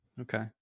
Okay